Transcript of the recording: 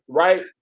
right